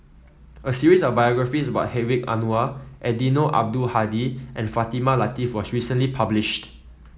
a series of biographies about Hedwig Anuar Eddino Abdul Hadi and Fatimah Lateef was recently published